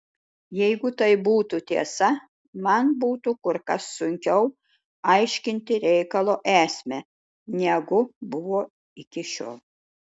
jeigu tai būtų tiesa man būtų kur kas sunkiau aiškinti reikalo esmę negu buvo iki šiol